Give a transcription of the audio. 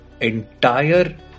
entire